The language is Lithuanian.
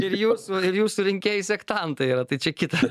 ir jūsų ir jūsų rinkėjai sektantai yra tai čia kita